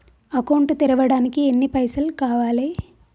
Account తెరవడానికి ఎన్ని పైసల్ కావాలే?